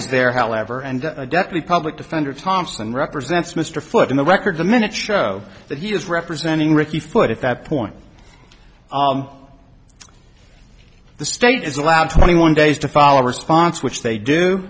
is there however and deftly public defender thompson represents mr foote in the record the minutes show that he is representing ricky foote at that point the state is allowed twenty one days to follow response which they do